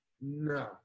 No